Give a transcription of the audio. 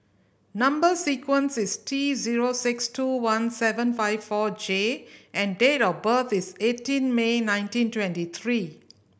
number sequence is T zero six two one seven five four J and date of birth is eighteen May nineteen twenty three